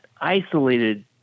isolated